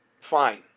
Fine